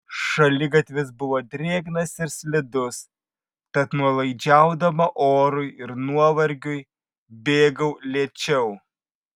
šaligatvis buvo drėgnas ir slidus tad nuolaidžiaudama orui ir nuovargiui bėgau lėčiau